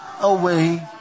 away